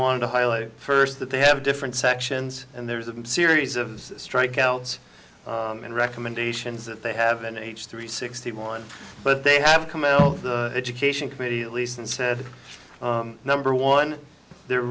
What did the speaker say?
want to highlight first that they have different sections and there's a series of strikeouts and recommendations that they have an h three sixty one but they have come out of the education committee at least and said that number one the